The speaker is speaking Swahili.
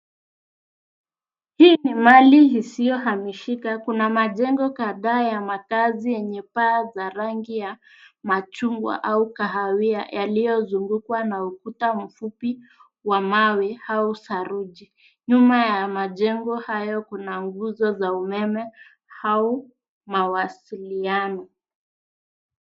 Hii ni mali isiohamishika, kuna majengo kadhaa ya makazi yenye paa za rangi ya machungwa, au kahawia yaliozungukwa na ukuta mfupi, wa mawe au saruji. Nyuma ya majengo hayo kuna nguzo za umeme, au mawasiliano.